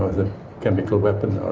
as a chemical weapon, or